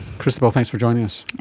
christobel, thanks for joining us.